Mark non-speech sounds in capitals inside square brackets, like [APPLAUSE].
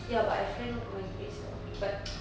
ya but I failed my grades lor but [NOISE]